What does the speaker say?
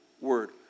word